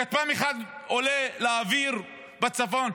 כטב"ם אחד עולה לאוויר בצפון,